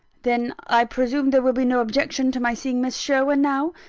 then i presume there will be no objection to my seeing miss sherwin now?